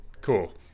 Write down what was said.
Cool